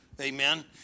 Amen